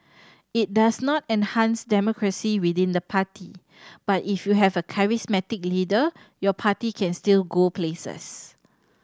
it does not enhance democracy within the party but if you have a charismatic leader your party can still go places